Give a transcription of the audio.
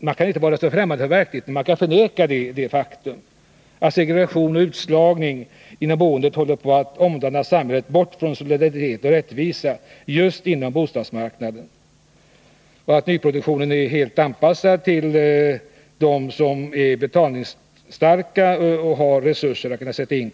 Man kan inte förneka eller stå främmande inför det faktum att segregation och utslagning inom boendet håller på att omdana samhället, bort från solidaritet och rättvisa just inom bostadsmarknaden, och att nyproduktionen är helt anpassad till dem som är betalningsstarka och har kapitalresurser att sätta in.